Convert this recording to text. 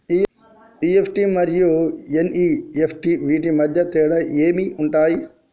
EFT మరియు NEFT వీటి మధ్య తేడాలు ఏమి ఉంటాయి?